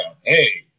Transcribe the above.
hey